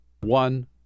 one